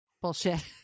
Bullshit